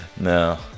No